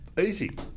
Easy